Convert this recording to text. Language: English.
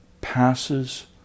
passes